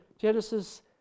genesis